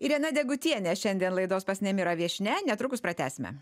irena degutienė šiandien laidos pas nemirą viešnia netrukus pratęsime